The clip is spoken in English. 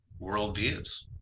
worldviews